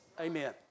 Amen